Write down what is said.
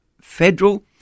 federal